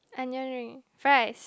onion ring fries